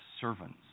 servants